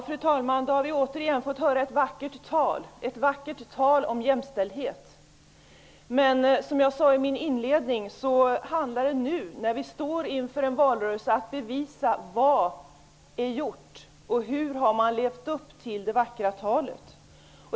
Fru talman! Då har vi återigen fått höra ett vackert tal -- ett vackert tal om jämställdhet. Som jag sade i min inledning handlar det nu, när vi står inför en valrörelse, om att bevisa vad som är gjort och hur man har levt upp till det vackra talet.